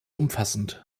umfassend